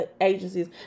agencies